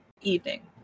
evening